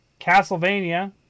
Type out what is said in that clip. Castlevania